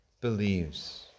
believes